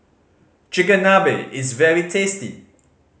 chigenabe is very tasty